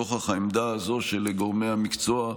נוכח העמדה הזו של גורמי המקצוע,